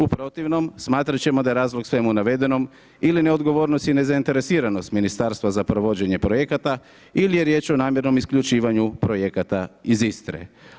U protivnom, smatrati ćemo da je razlog svemu navedenom ili neodgovornost i nezainteresiranost Ministarstva za provođenje projekata ili je riječ o namjernom isključivanju projekata iz Istre.